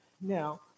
now